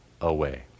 away